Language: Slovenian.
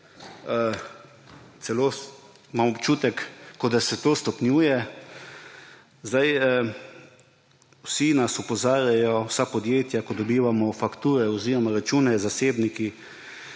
celo občutek, kot da se to stopnjuje. Vsi nas opozarjajo, vsa podjetja, ko dobivamo fakture oziroma račune, zasebniki,